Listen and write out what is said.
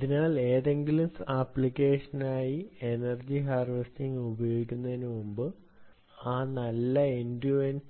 അതിനാൽ ഏതെങ്കിലും ആപ്ലിക്കേഷനുകൾക്കായി എനർജി ഹാർവെസ്റ്റിംഗ് ഉപയോഗിക്കുന്നതിന് മുമ്പ്